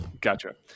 Gotcha